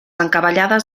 encavallades